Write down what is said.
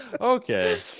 Okay